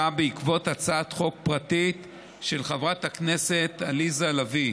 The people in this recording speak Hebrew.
בא בעקבות הצעת חוק פרטית של חברת הכנסת עליזה לביא,